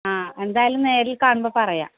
ആ എന്തായാലും നേരിൽ കാണുമ്പോൾ പറയാം